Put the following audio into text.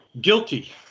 Guilty